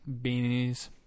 beanies